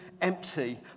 empty